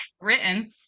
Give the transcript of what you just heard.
written